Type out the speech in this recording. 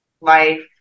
life